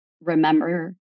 remember